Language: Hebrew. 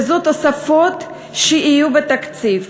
ואלה התוספות שיהיו בתקציב,